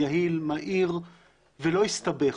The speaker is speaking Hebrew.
יעיל, מהיר ולא יסתבך.